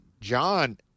John